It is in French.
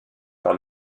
par